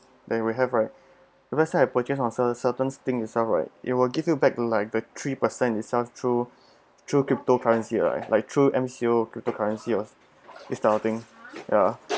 then we have right if let's say I purchase on cer~ certain thing itself right it will give you back like a three percent itself through through crypto currency lah like like through M_C_O crypto currency or this type of thing ya